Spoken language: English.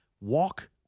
walk